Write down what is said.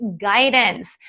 guidance